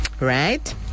right